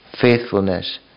faithfulness